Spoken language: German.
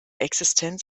existenz